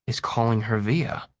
is calling her via.